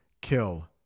kill